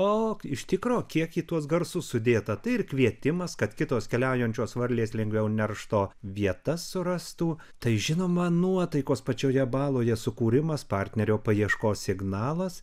o iš tikro kiek į tuos garsus sudėta tai ir kvietimas kad kitos keliaujančios varlės lengviau neršto vietas surastų tai žinoma nuotaikos pačioje baloje sukūrimas partnerio paieškos signalas